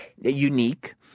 unique